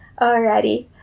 Alrighty